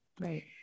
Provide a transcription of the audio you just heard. Right